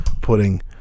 putting